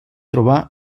trobar